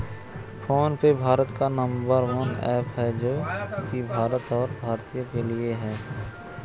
phone पे भारत का number one app है जो की भारतीय है और भारतीयों के लिए है